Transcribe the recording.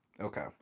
Okay